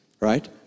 right